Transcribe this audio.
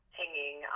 hanging